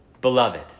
Beloved